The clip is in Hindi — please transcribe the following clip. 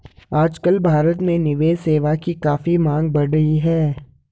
आजकल भारत में निवेश सेवा की काफी मांग बढ़ी है